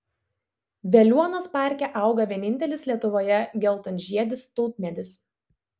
veliuonos parke auga vienintelis lietuvoje geltonžiedis tulpmedis